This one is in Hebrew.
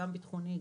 גם ביטחוני,